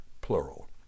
plural